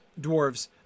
dwarves